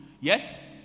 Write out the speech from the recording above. Yes